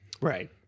Right